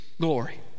glory